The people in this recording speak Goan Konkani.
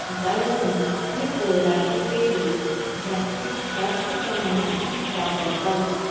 हाका लागून आमी कोयराची पेटी जास्तीत जास्त प्रमाणांत वापरपाक जाय